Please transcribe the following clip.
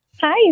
Hi